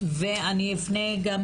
ואני יפנה גם